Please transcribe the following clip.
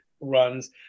runs